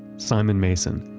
simon mason,